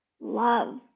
love